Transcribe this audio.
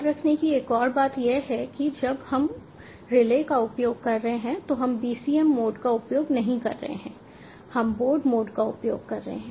याद रखने की एक और बात यह है कि जब हम रिले का उपयोग कर रहे हैं तो हम BCM मोड का उपयोग नहीं कर रहे हैं हम बोर्ड मोड का उपयोग कर रहे हैं